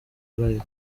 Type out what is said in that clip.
live